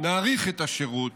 נאריך את השירות,